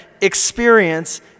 experience